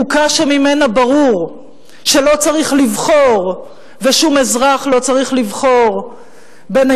חוקה שממנה ברור שלא צריך לבחור ושום אזרח לא צריך לבחור בין